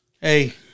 Hey